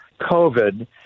COVID